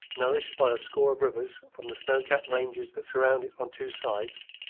nourished by a score of rivers from the snow-capped ranges that surround it on two sides,